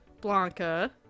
Blanca